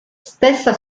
stessa